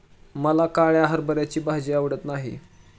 मला काळ्या हरभऱ्याची भाजी आवडत नाही